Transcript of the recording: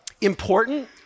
important